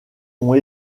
ont